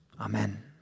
Amen